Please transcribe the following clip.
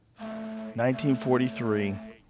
1943